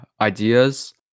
ideas